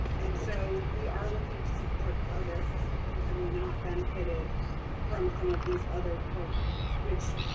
and so we are looking to support artists who have not benefited from some of these other programs, which